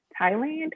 Thailand